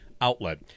outlet